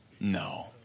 No